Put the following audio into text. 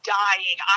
dying